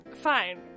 fine